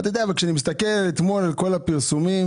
כשאני מסתכל על כל הפרסומים,